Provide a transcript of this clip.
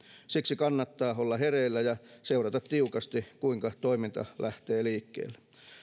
siksi kannattaa olla hereillä ja seurata tiukasti kuinka toiminta lähtee liikkeelle